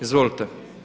Izvolite.